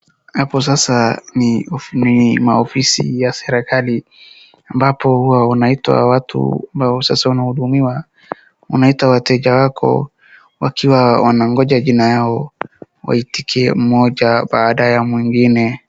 Hapo sasa ni maofisi ya serikali ambapo huwa wanaitwa watu ambao sasa wanahudumiwa. Unaita wateja wako wakiwa wanangoja jina yao waitike mmoja baada ya mwingine.